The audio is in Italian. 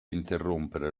interrompere